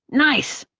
nice.